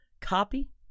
copy